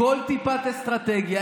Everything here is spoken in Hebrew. כל טיפת אסטרטגיה.